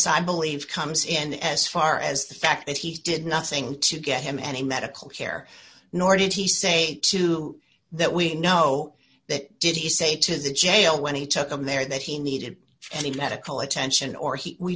believe comes in as far as the fact that he did nothing to get him any medical care nor did he say to that we know that did he say to the jail when he took them there that he needed any medical attention or he we